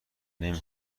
نمی